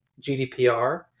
GDPR